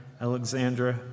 Alexandra